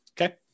Okay